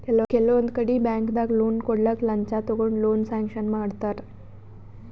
ಕೆಲವೊಂದ್ ಕಡಿ ಬ್ಯಾಂಕ್ದಾಗ್ ಲೋನ್ ಕೊಡ್ಲಕ್ಕ್ ಲಂಚ ತಗೊಂಡ್ ಲೋನ್ ಸ್ಯಾಂಕ್ಷನ್ ಮಾಡ್ತರ್